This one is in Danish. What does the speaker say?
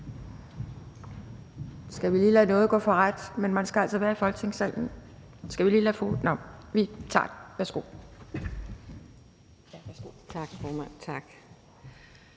Skal vi lige lade nåde gå for ret? Nej. Man skal altså være i Folketingssalen for at få ordet. Værsgo